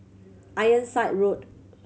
Ironside Road